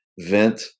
vent